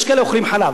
יש כאלה אוכלים חלב.